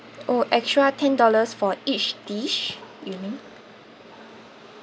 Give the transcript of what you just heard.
oh extra ten dollars for each dish you mean